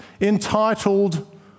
entitled